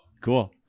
Cool